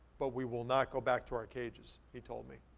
but we will not go back to our cages. he told me.